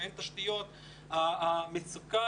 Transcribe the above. המצוקה